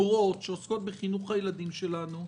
מורות שעוסקות בחינוך הילדים שלנו,